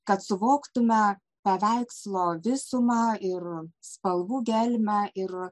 kad suvoktume paveikslo visumą ir spalvų gelmę ir